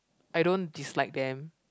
I don't dislike them